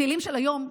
תהילים של היום,